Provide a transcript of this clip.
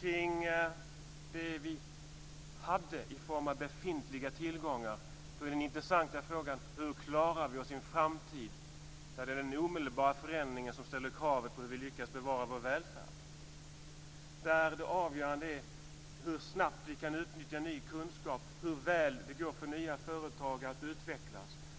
kring det vi hade i form av befintliga tillgångar. Då är den intressanta frågan: Hur klarar vi oss i en framtid där det är den omedelbara förändringen som ställer krav på hur vi lyckas bevara vår välfärd? Det avgörande är hur snabbt vi kan utnyttja ny kunskap och hur väl det går för nya företag att utvecklas.